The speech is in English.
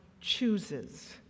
chooses